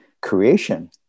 creation